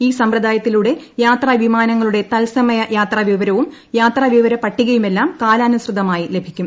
ഈ സമ്പ്രദായത്തിലൂടെ യാത്രാ വിമാനങ്ങളുടെ തൽസമയ യാത്രാ വിവരവും യാത്രാ വിവരപ്പട്ടികയുമെല്ലാം കാലാനുസൃതമായി ലഭിക്കും